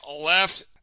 left